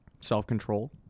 self-control